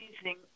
amazing